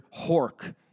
hork